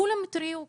כולם התריעו,